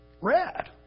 red